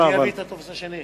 אני אביא את הטופס השני.